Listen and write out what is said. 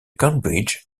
cambridge